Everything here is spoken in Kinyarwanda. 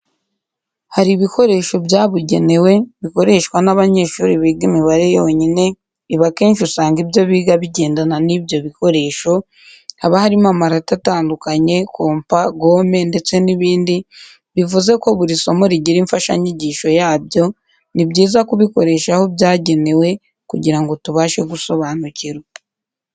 Hari ibikoresho byabugenewe bikoreshwa n'abanyeshuri biga imibare yonyine, ibi akenshi usanga ibyo biga bigendana n'ibyo bikoresho, haba harimo amarati atandukanye, kompa, gome ndetse n'ibindi, bivuze ko buri somo rigira imfashanyigisho yabyo, ni byiza kubikoresha aho byagenewe kugira ngo tubashe gusobanukirwa.